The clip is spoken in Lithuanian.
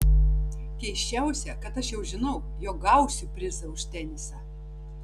keisčiausia kad aš jau žinau jog gausiu prizą už tenisą